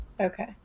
Okay